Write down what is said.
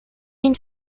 une